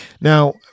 Now